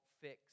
fix